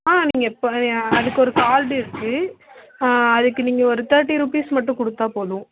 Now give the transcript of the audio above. ஆ நீங்கள் இப்போ அதுக்கு ஒரு கார்டு இருக்குது அதுக்கு நீங்கள் ஒரு தேர்ட்டி ருப்பீஸ் மட்டும் கொடுத்தா போதும்